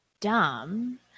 dumb